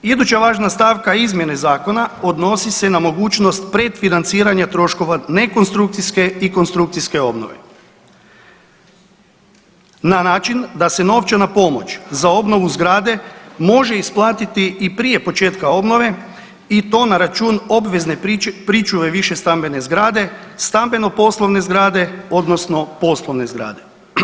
Iduća važna stavka izmjene zakona odnosi se na mogućnost predfinanciranja troškova ne konstrukcijske i konstrukcijske obnove na način da se novčana pomoć za obnovu zgrade može isplatiti i prije početka obnove i to na račun obvezne pričuve višestambene zgrade, stambeno-poslovne zgrade odnosno poslovne zgrade.